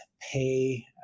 pay